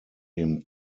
dem